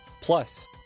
plus